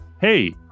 hey